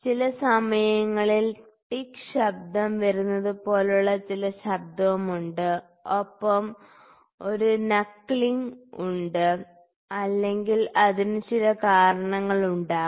ചില സമയങ്ങളിൽ ടിക് ശബ്ദം വരുന്നതുപോലുള്ള ചില ശബ്ദമുണ്ട് ഒപ്പം ഒരു നക്കിളിംഗ് ഉണ്ട് അല്ലെങ്കിൽ അതിന് ചില കാരണങ്ങളുണ്ടാകാം